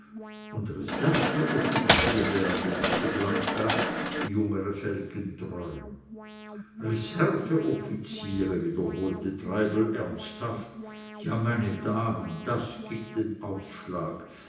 und reserveoffiziere ergänzte blanca die jüngere felgentreu reserveoffiziere wiederholte treibel ernsthaft ja meine damen das gibt den ausschlag